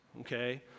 okay